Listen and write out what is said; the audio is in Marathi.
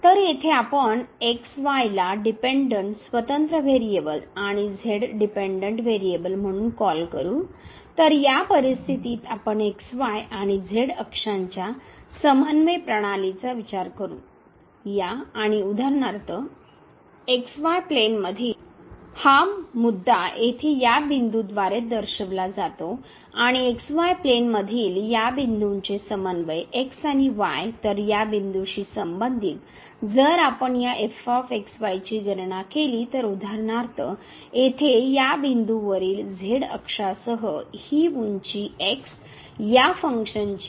तर येथे आपण ला डिपेंडेंट स्वतंत्र व्हेरिएबल्स आणि झेड डिपेंडेंट व्हेरिएबल म्हणून कॉल करू तर या परिस्थितीत आपण आणि z अक्षांच्या समन्वय प्रणालीचा विचार करू या आणि उदाहरणार्थ xy प्लेनमधील हा मुद्दा येथे या बिंदूद्वारे दर्शविला जातो आणि xy प्लेनमधील या बिंदूचे समन्वय x आणि y तर या बिंदूशी संबंधित जर आपण या ची गणना केली तर उदाहरणार्थ येथे या बिंदूवरील z अक्षासह ही उंची x या फंक्शनची आहे